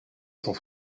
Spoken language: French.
cent